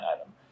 item